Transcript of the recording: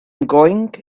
going